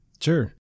Sure